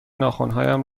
ناخنهایم